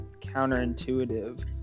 counterintuitive